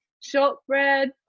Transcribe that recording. shortbread